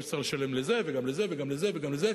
שצריך לשלם לזה וגם לזה וגם לזה וגם לזה,